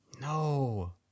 No